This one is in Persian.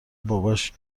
باباش